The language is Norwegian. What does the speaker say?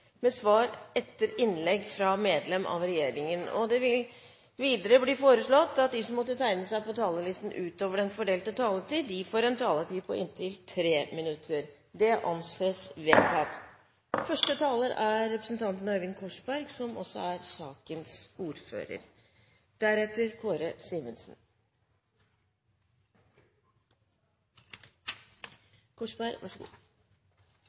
med svar etter innlegg fra medlem av regjeringen innenfor den fordelte taletid. Videre blir det foreslått at de som måtte tegne seg på talerlisten utover den fordelte taletid, får en taletid på inntil 3 minutter. – Det anses vedtatt. Første taler er Olemic Thommessen, som